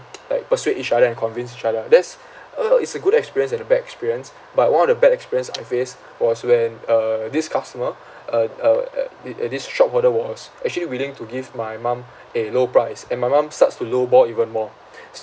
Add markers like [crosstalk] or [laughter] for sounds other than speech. like persuade each other and convince each other that's uh it's a good experience and a bad experience but one of the bad experience I faced was when uh this customer uh uh [noise] this shop owner was actually willing to give my mum a low price and my mum starts to lowball even more